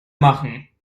machen